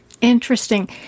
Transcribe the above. interesting